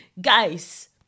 guys